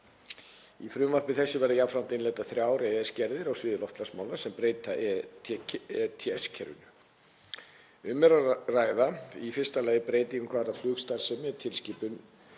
Í frumvarpi þessu verða jafnframt innleiddar þrjár EES-gerðir á sviði loftslagsmála sem breyta ETS-kerfinu. Um er að ræða í fyrsta lagi breytingu hvað varðar flugstarfsemi, tilskipun